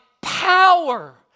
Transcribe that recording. power